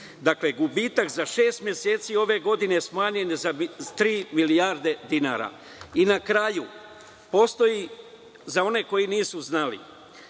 Dakle, gubitak za šest meseci ove godine smanjen je za tri milijarde dinara. Na kraju, za one koji nisu znali,